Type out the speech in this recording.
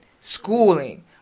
schooling